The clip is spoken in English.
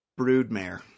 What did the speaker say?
Broodmare